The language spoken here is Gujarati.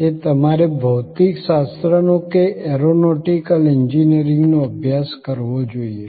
કે તમારે ભૌતિકશાસ્ત્રનો કે એરોનોટિકલ એન્જિનિયરિંગનો અભ્યાસ કરવો જોઈએ